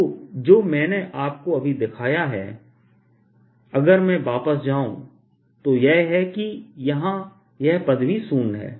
तो जो मैंने आपको अभी दिखाया है समय देखें 2011 अगर मैं वापस जाऊं तो यह है कि यहां यह पद भी शून्य है